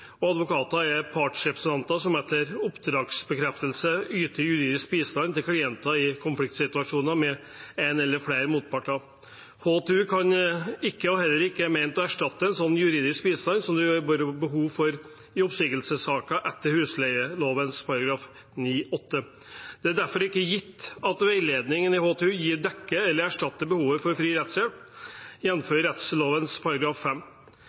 Advokater er partsrepresentanter som etter oppdragsbekreftelse yter juridisk bistand til klienter i konfliktsituasjoner med en eller flere motparter. HTU kan ikke og er heller ikke ment å erstatte en sånn juridisk bistand som det vil være behov for i oppsigelsessaker etter husleieloven § 9-8. Det er derfor ikke gitt at veiledningen HTU gir, dekker eller erstatter behovet for fri rettshjelp,